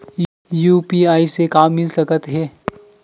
UPI से का मिल सकत हे?